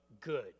good